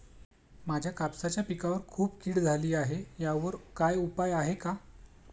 माझ्या कापसाच्या पिकावर खूप कीड झाली आहे यावर काय उपाय आहे का?